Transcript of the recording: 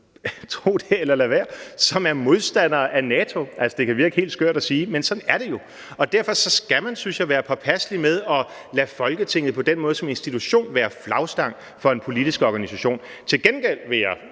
tro det, eller lad være – som er modstandere af NATO. Det kan virke helt skørt at sige, men sådan er det jo. Derfor skal man, synes jeg, være påpasselig med at lade Folketinget på den måde som institution være flagstang for en politisk organisation. Til gengæld vil jeg,